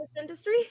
industry